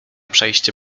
przejście